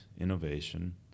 innovation